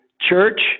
Church